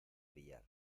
pillar